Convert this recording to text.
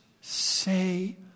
say